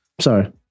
sorry